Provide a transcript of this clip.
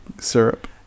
syrup